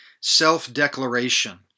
self-declaration